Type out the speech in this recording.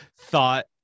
thought